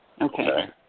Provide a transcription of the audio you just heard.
Okay